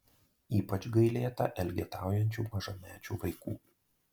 ypač gailėta elgetaujančių mažamečių vaikų